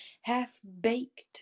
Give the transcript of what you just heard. half-baked